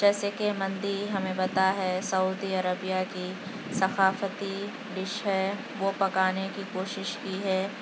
جیسے کہ مندی ہمیں پتہ ہے سعودی عربیہ کی ثقافتی ڈش ہے وہ پکانے کی کوشش کی ہے